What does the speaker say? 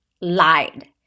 lied